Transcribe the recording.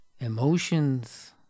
emotions